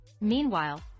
Meanwhile